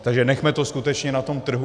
Takže nechme to skutečně na tom trhu.